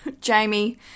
Jamie